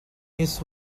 his